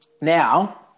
Now